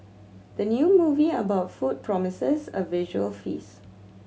the new movie about food promises a visual feast